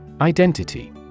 Identity